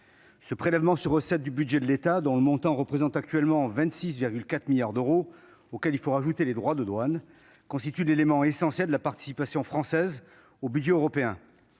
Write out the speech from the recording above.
Ce prélèvement opéré sur les recettes du budget de l'État, dont le montant représente actuellement 26,4 milliards d'euros, auxquels il faut ajouter les droits de douane, constitue l'élément essentiel de la participation française au budget européen.